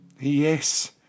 Yes